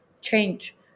change